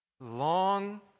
long